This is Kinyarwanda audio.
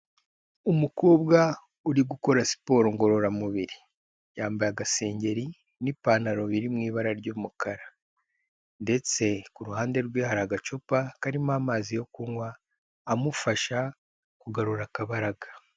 Umukobwa uri gukora siporo ngororamubiri yambaye agasengeri n'ipantaro biri mu ibara ry'umukara ndetse ku ruhande rwe hari agacupa karimo amazi yo kunywa amufasha kugarura akabaraga.